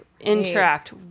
interact